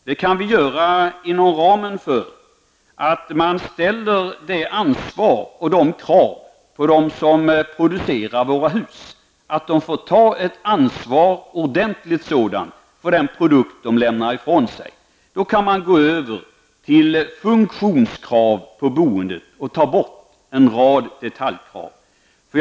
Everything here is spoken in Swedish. Det kan vi göra inom ramen för de krav vi ställer på och det ansvar vi ger dem som producerar våra hus. De får ta ett ordentligt ansvar för den produkt de lämnar ifrån sig. Då kan man gå över till funktionskrav på boendet och ta bort en rad detaljkrav.